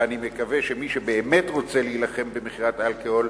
ואני מקווה שמי שבאמת רוצה להילחם במכירת אלכוהול